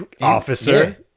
Officer